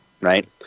Right